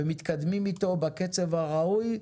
ומתקדמים איתו בקצב הראוי.